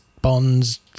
bonds